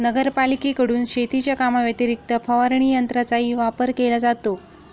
नगरपालिकेकडून शेतीच्या कामाव्यतिरिक्त फवारणी यंत्राचाही वापर केला जातो